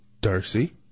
Darcy